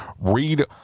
read